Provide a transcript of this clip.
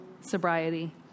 sobriety